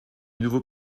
nouveaux